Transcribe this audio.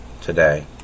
today